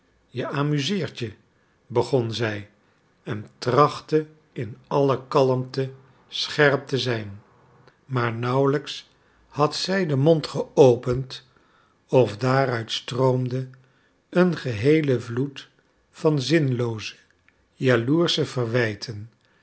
je amuseert je begon zij en trachtte in alle kalmte scherp te zijn maar nauwelijks had zij den mond geopend of daaruit stroomde een geheele vloed van zinnelooze jaloersche verwijten